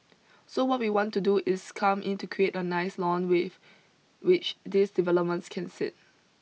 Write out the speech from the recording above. so what we want to do is come in to create a nice lawn with which these developments can sit